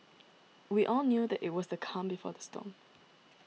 we all knew that it was the calm before the storm